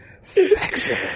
Sexy